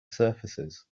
surfaces